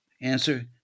Answer